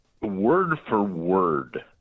word-for-word